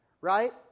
right